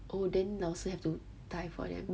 oh then 老师 have to tie for them